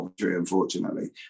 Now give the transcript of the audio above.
unfortunately